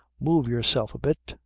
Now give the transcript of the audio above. move yourself a bit.